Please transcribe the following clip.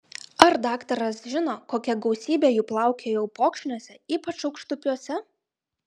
ar daktaras žino kokia gausybė jų plaukioja upokšniuose ypač aukštupiuose